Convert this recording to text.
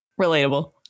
Relatable